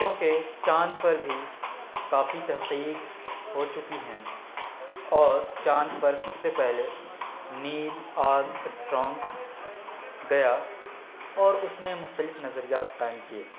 کیونکہ چاند پر بھی کافی تحقیق ہو چکی ہیں اور چاند پر سب سے پہلے نیل آرم اسٹرانگ گیا اور اس نے مختلف نظریات قائم کیے